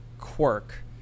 quirk